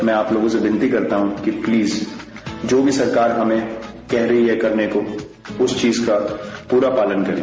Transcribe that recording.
मैं आप लोगों से विनती करता हूं कि प्लीज जो भी सरकार हमें कह रही है करने को उस चीज का पूरी तरह से पालन करें